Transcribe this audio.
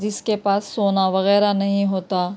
جس کے پاس سونا وغیرہ نہیں ہوتا